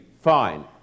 fine